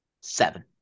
seven